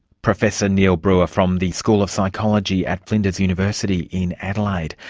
professor neil brewer from the school of psychology at flinders university in adelaide.